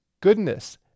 goodness